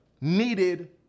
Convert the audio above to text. needed